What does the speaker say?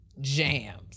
jams